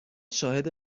شاهد